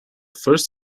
first